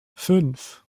fünf